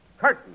Curtain